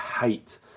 hate